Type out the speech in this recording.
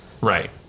right